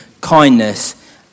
kindness